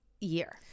year